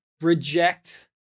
reject